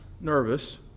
nervous